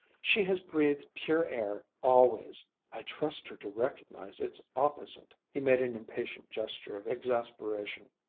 she has breathed pure air always i trust her to recognize its opposite. he made an impatient gesture of exasperation.